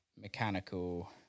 mechanical